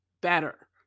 better